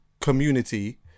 community